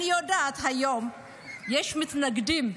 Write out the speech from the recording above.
אני יודעת שהיום יש מתנגדים.